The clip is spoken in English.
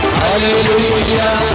hallelujah